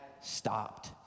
stopped